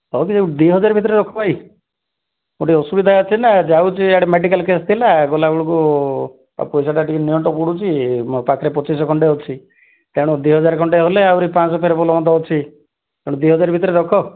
ହଉ ଟିକିଏ ଦୁଇ ହଜାର ଭିତରେ ରଖ ଭାଇ ମୋର ଟିକିଏ ଅସୁବିଧା ଅଛି ନା ଯାଉଛି ଏଆଡ଼େ ମେଡିକାଲ୍ କେସ୍ ଥିଲା ଗଲା ବେଳକୁ ଆଉ ପଇସାଟା ଟିକିଏ ନିଅଣ୍ଟ ପଡ଼ୁଛି ମୋ ପାଖରେ ପଚିଶ ଶହ ଖଣ୍ଡେ ଅଛି ତେଣୁ ଦୁଇ ହଜାର ଖଣ୍ଡେ ଗଲେ ଆହୁରି ପାଞ୍ଚ ଶହ ଫେର୍ ଭଲ ମନ୍ଦ ଅଛି ତେଣୁ ଦୁଇ ହଜାର ଭିତରେ ରଖ